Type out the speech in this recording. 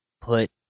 put